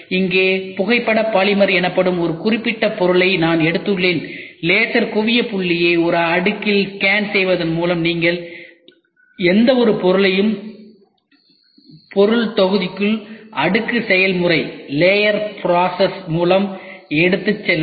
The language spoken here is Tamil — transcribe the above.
இங்கே புகைப்பட பாலிமர் எனப்படும் ஒரு குறிப்பிட்ட பொருளை நான் எடுத்துள்ளேன் லேசர் குவிய புள்ளியை ஒரு அடுக்கில் ஸ்கேன் செய்வதன் மூலம் நீங்கள் எந்தவொரு பொருளையும் பொருள் தொகுதிக்கு அடுக்கு செயல்முறை மூலம் எடுத்துச் செல்லலாம்